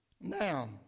Now